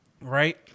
right